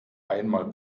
einmal